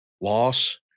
loss